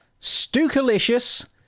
Stukalicious